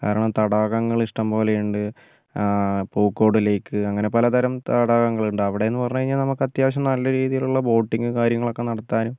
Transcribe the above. കാരണം തടാകങ്ങൾ ഇഷ്ടംപോലെയുണ്ട് പൂക്കോട് ലേയ്ക്ക് അങ്ങനെ പല തരം തടാകങ്ങളുണ്ട് അവിടെന്ന് പറഞ്ഞ് കഴിഞ്ഞാൽ നമുക്ക് അത്യാവശ്യം നല്ല രീതിയിലുള്ള ബോട്ടിങ്ങും കാര്യങ്ങളൊക്കെ നടത്താനും